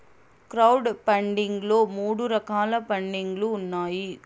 crowd funding లో మూడు రకాల పండింగ్ లు ఉన్నాయి